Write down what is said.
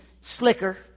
slicker